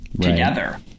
together